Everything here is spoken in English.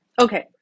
Okay